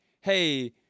hey